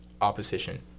opposition